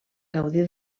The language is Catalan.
gaudir